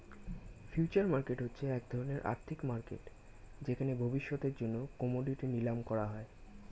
future market হচ্ছে এক ধরণের আর্থিক মার্কেট যেখানে ভবিষ্যতের জন্য কোমোডিটি নিলাম করা হয়